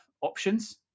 options